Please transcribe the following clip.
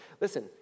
Listen